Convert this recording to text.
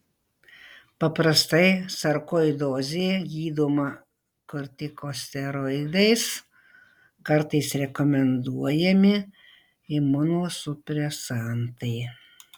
paprastai sarkoidozė gydoma kortikosteroidais kartais rekomenduojami imunosupresantai